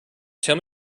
tell